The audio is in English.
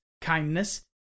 kindness